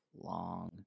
long